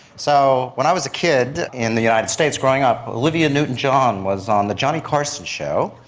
so when i was a kid in the united states growing up, olivia newton-john was on the johnny carson show,